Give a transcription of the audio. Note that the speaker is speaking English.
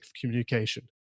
communication